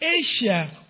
Asia